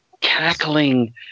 cackling